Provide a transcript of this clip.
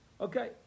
Okay